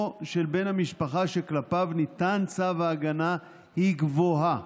של בן המשפחה שכלפיו ניתן צו ההגנה היא גבוהה.